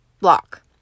block